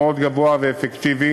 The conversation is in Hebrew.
מאוד גבוה ואפקטיבי,